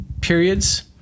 periods